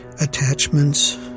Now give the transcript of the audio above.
attachments